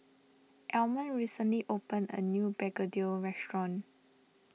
Almond recently open a new Begedil restaurant